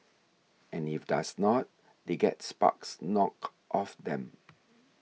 and if does not they get sparks knocked off them